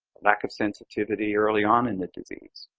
lack of sensitivity early on in the disease.